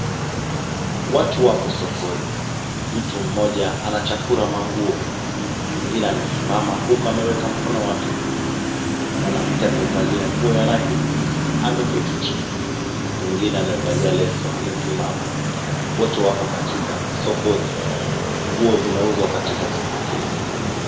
Watu wapo sokoni. Mtu mmoja anachakura manguo. Mwingine amesimama huku ameweka mkono wake nyuma. Mwanamke amevalia nguo ya rangi nyeusi, ameketi chini. Mwingine amevalia leso, amesimama. Wote wapo katika sokoni. Nguo zinauzwa katika soko hili.